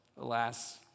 Alas